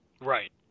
Right